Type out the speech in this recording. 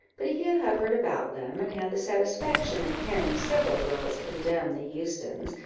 but he hovered about them, and had the satisfaction of hearing several girls condemn the eustons,